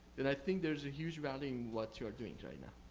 and i think there's a huge value in what you are doing right now.